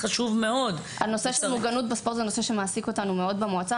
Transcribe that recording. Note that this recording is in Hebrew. הנושא של מוגנות בספורט הוא נושא שמעסיק אותנו מאוד במועצה.